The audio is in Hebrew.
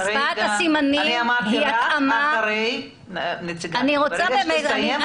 ברגע שאורלי תסיים אני אתן לכם לדבר.